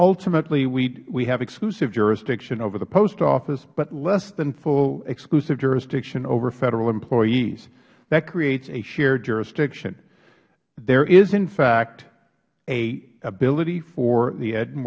ultimately we have exclusive jurisdiction over the post office but less than full exclusive jurisdiction over federal employees that creates a shared jurisdiction there is in fact an ability for the ed